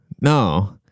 No